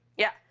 yeah,